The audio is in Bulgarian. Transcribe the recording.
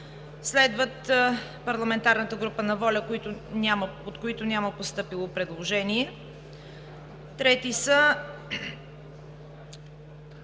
Следват парламентарната група на „Воля“, от които няма постъпило предложение. 2. Трето е